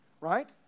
Right